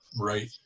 right